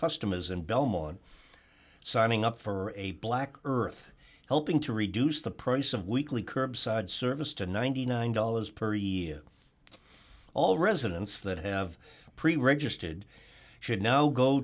customers and belmont signing up for a black earth helping to reduce the price of weekly curbside service to ninety nine dollars per year all residents that have pre registered should now go